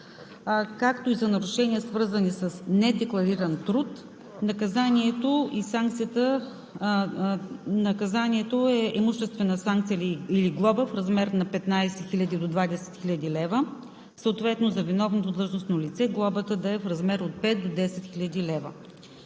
както и за нарушения, свързани с недеклариран труд, наказанието е имуществена санкция или глоба в размер на 15 000 до 20 000 лв., съответно за виновното длъжностно лице глобата да е в размер от 5 до 10 000 лв.